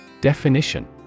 Definition